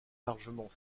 largement